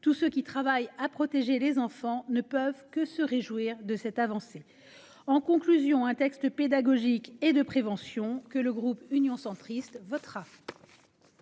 Tous ceux qui travaillent à protéger les enfants ne peuvent que se réjouir de cette avancée. En conclusion, il s'agit d'un texte pédagogique et de prévention que le groupe Union Centriste votera.